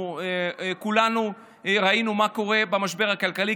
וכולנו ראינו מה קורה במשבר הכלכלי,